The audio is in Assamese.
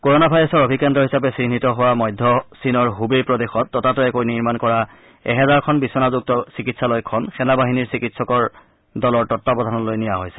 কৰনা ভাইৰাছৰ অভিকেন্দ্ৰ হিচাপে চিহ্নিত হোৱা মধ্য চীনৰ হুবেই প্ৰদেশত ততাতৈয়াকৈ নিৰ্মাণ কৰা এহেজাৰখন বিছনাযুক্ত চিকিৎসালয়খন সেনাবাহিনীৰ চিকিৎসকৰ দলৰ তত্বাৱধানলৈ নিয়া হৈছে